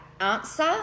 answer